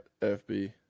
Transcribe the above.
FB